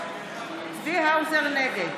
נגד